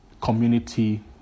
community